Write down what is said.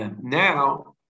Now